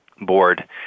board